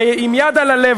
עם יד על הלב,